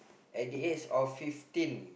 at the age of fifteen